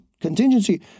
contingency